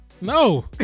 No